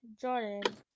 Jordan